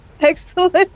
Excellent